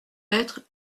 être